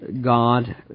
God